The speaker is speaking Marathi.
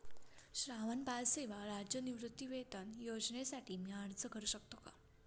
श्रावणबाळ सेवा राज्य निवृत्तीवेतन योजनेसाठी मी अर्ज करू शकतो का?